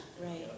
right